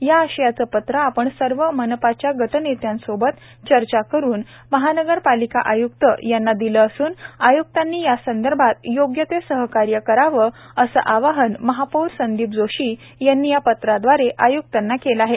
या आशयाचे प्रत्र आपन सर्व मनपाच्या गटनेत्यासोबत चर्चा करुन महानगरपालिका आयुक्त यांना दीले असून आयुक्तानी यासंदर्भात योग्य ते सहकार्य करावे असे आवाहन महापौर संदीप जोशी यांनी या पत्राद्वारे आय्क्तांना केलं आहे